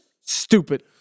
stupid